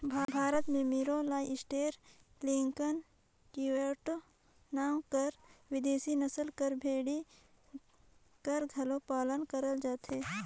भारत में Merino, Leicester, Lincoln, Cheviot नांव कर बिदेसी नसल कर भेड़ी कर घलो पालन करल जाथे